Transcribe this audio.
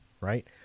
Right